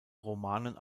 romanen